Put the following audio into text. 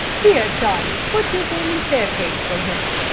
here, charlie, put this on the staircase for him.